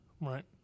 Right